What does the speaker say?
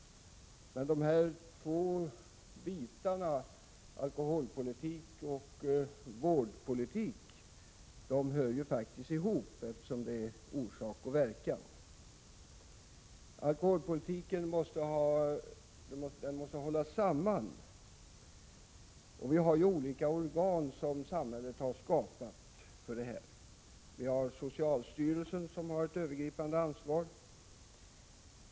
Men de här två bitarna — alkoholpolitiken och vårdpolitiken — hör faktiskt ihop. Det handlar ju om orsak och verkan. Alkoholpolitiken måste hållas samman. Samhället har skapat olika organ för det här ändamålet. Vi har socialstyrelsen, som har ett övergripande ansvar.